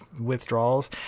withdrawals